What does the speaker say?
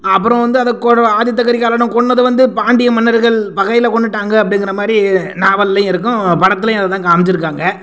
அப்புறம் வந்து அதை கொ ஆதித்த கரிகாலனை கொன்னது வந்து பாண்டிய மன்னர்கள் பகையில் கொன்றுட்டாங்க அப்படிங்கிற மாதிரி நாவல்லையும் இருக்கும் படத்துலையும் அதை தான் காமிச்சுருக்காங்க